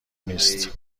نیست